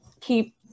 keep